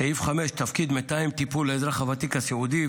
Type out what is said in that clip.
סעיף 5: תפקיד מתאם טיפול לאזרח הוותיק הסיעודי,